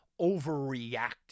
overreact